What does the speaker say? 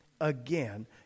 again